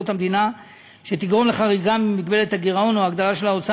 המדינה שתגרום לחריגה ממגבלת הגירעון או הגדלה של ההוצאה